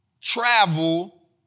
travel